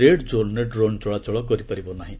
red ଜୋନ୍ରେ drone ଚଳାଚଳ କରିପାରିବ ନାହିଁ